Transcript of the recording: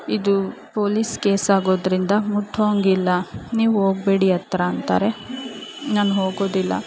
ಇದು police case ಆಗೋದರಿಂದ ಮುಟ್ಹೊಂಗಿಲ್ಲ ನೀವೂ ಹೋಗ್ಬೇಡಿ ಹತ್ರ ಅಂತಾರೆ ನಾನೂ ಹೋಗೋದಿಲ್ಲ